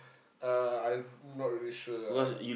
uh I not really sure ah